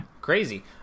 crazy